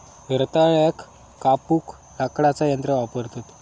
रताळ्याक कापूक लाकडाचा यंत्र वापरतत